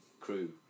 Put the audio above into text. crew